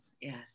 yes